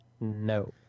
No